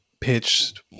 pitched